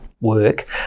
work